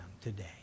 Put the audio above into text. today